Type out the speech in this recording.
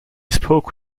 spoke